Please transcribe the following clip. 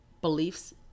beliefs